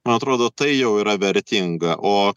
man atrodo tai jau yra vertinga o